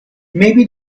maybe